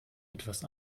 etwas